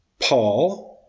Paul